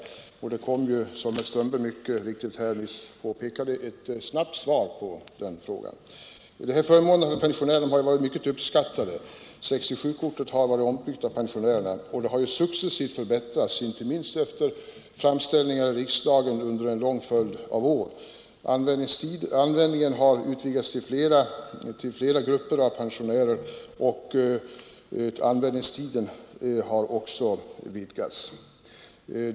Som herr Strömberg i Botkyrka mycket riktigt påpekade har vi ju fått ett snabbt svar på den frågan. Den förmån för pensionärerna som 67-kortet inneburit har varit mycket uppskattad. Kortet har varit omtyckt av pensionärerna, och det har också successivt förbättrats, inte minst efter framställningar i riksdagen under en lång följd av år. Kortets användning har utvidgats till flera grupper av pensionärer, och användningstiderna har också blivit generösare.